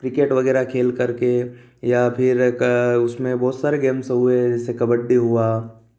cricket वगैरह खेल करके या फिर क उसमे बहुत सारे गेम्स हुए जैसे कबड्डी हुआ